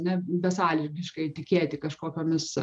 ne besąlygiškai tikėti kažkokiomis